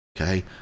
okay